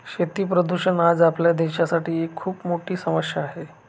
शेती प्रदूषण आज आपल्या देशासाठी एक खूप मोठी समस्या आहे